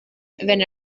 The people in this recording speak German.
wenn